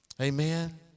Amen